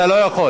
אתה לא יכול.